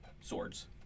Swords